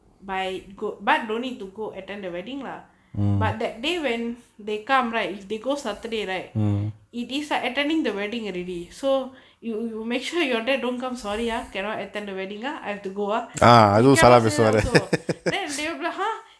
by good but don't need to go attend the wedding lah but that day when they come right if they go saturday right it is lah attending the wedding already so you you make sure you dad don't come sorry ah cannot attend the wedding ah I have to go ah he cannot say that also then they will be ha